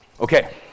Okay